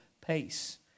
pace